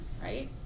right